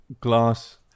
glass